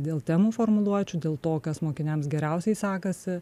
dėl temų formuluočių dėl to kas mokiniams geriausiai sekasi